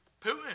Putin